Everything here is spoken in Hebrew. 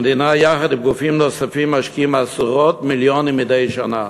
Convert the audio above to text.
המדינה וגופים נוספים משקיעים עשרות מיליונים מדי שנה